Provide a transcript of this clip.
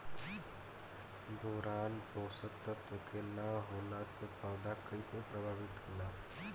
Boron पोषक तत्व के न होला से पौधा कईसे प्रभावित होला?